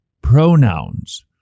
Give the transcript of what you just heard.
pronouns